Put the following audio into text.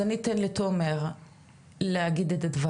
אז אני אתן לעו"ד תומר וורשה לסיים את דברים,